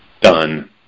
done